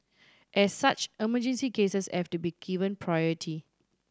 as such emergency cases I've to be given priority